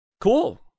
Cool